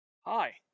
hi